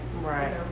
Right